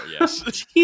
yes